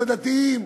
הדתיים.